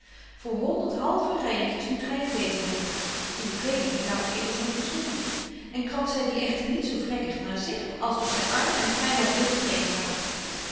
voor honderd halve ryertjes moest gy het beter hebben uwe kleding betaal ik immers nog byzonder en krabt zy die echter niet zo vrekkig naar zich als of zy arm en gy haar wild vreemt waart